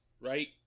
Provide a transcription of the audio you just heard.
right